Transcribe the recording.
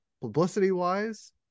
publicity-wise